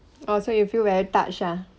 oh so you feel very touched ah